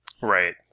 Right